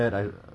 tamil